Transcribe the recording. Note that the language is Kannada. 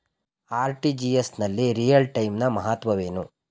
ಆರ್.ಟಿ.ಜಿ.ಎಸ್ ನಲ್ಲಿ ರಿಯಲ್ ಟೈಮ್ ನ ಮಹತ್ವವೇನು?